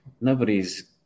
nobody's